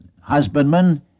husbandman